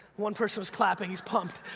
one person was clapping, he's pumped!